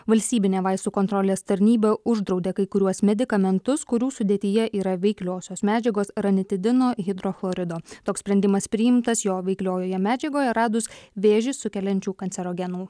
valstybinė vaistų kontrolės tarnyba uždraudė kai kuriuos medikamentus kurių sudėtyje yra veikliosios medžiagos ranitidino hidrochlorido toks sprendimas priimtas jo veikliojoje medžiagoje radus vėžį sukeliančių kancerogenų